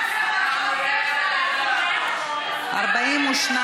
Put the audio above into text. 4 והוראת שעה), התשע"ח 2018, נתקבל.